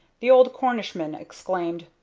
the old cornishman exclaimed,